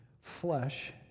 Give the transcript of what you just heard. flesh